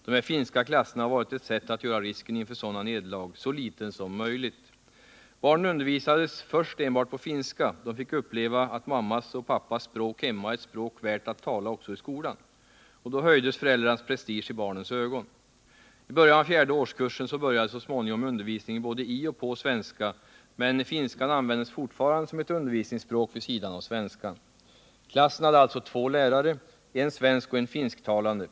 De här finska klasserna har varit ett sätt att göra risken för sådana nederlag så liten som möjligt. Barnen undervisades först enbart på finska. De fick uppleva att mammas och pappas språk hemma är ett språk värt att tala också i skolan, och då höjdes föräldrarnas prestige i barnens ögon. I början av fjärde årskursen började så småningom undervisningen både i och på svenska, men finskan användes fortfarande som ett undervisningsspråk vid sidan av svenskan. Klassen hade alltså två lärare, en svenskoch en finsktalande.